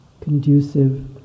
conducive